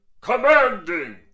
commanding